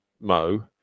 Mo